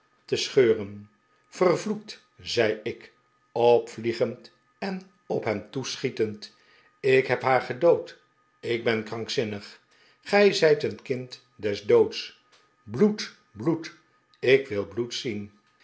te scheuren vervloekt zei ik opvliegend en op hem toeschietend ik heb haar gedood ik ben krankzinnig gij zijt een kind des doods bloed bloed ik wil bloed zien